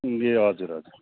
ए हजुर हजुर